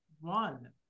one